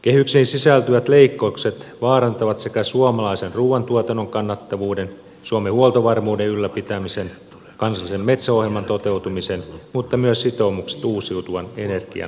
kehyksiin sisältyvät leikkaukset vaarantavat suomalaisen ruuantuotannon kannattavuuden suomen huoltovarmuuden ylläpitämisen kansallisen metsäohjelman toteutumisen mutta myös sitoumukset uusiutuvan energian lisäämiseen